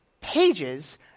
pages